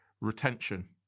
retention